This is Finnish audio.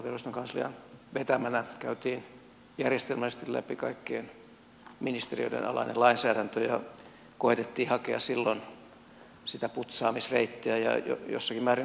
valtioneuvoston kanslian vetämänä käytiin järjestelmällisesti läpi kaikkien ministeriöiden alainen lainsäädäntö ja koetettiin hakea silloin sitä putsaamisreittiä ja jossakin määrin onnistuttiinkin